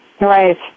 Right